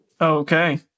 Okay